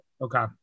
Okay